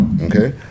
Okay